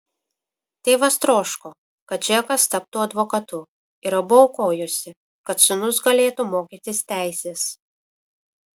tėvas troško kad džekas taptų advokatu ir abu aukojosi kad sūnus galėtų mokytis teisės